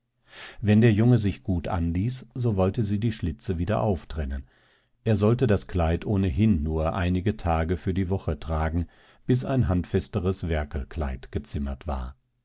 wenn der junge sich gut anließ so wollte sie die schlitze wieder auftrennen er sollte das kleid ohnehin nur einige tage für die woche tragen bis ein handfesteres werkelkleid gezimmert war